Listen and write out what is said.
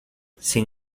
sin